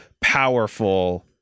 powerful